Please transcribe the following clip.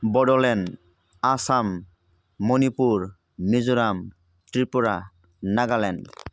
Bodoland Assam Manipur Mizoram Tripura Nagaland